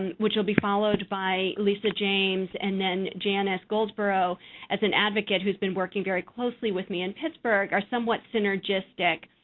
and which will be followed by lisa james and then janice goldsborough as an advocate who's been working very closely with me in pittsburgh. are somewhat synergistic.